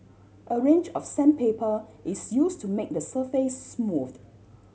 a range of sandpaper is use to make the surface smooth